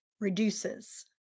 reduces